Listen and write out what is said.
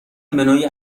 منوی